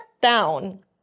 down